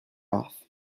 off